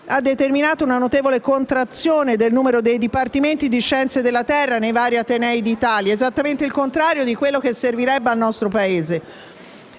ha determinato una notevole contrazione del numero di dipartimenti di scienze della terra nei vari atenei d'Italia (esattamente il contrario di quello che servirebbe al nostro Paese)